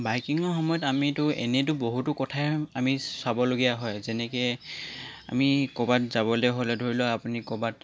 বাইকিঙৰ সময়ত আমিতো এনেতো বহুতো কথাই আমি চাবলগীয়া হয় যেনেকৈ আমি ক'ৰবাত যাবলৈ হ'লে ধৰি লওক আপুনি ক'বাত